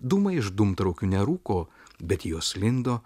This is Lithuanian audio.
dūmai iš dūmtraukių nerūko bet jos lindo